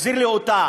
תחזיר לי אותה.